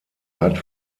hat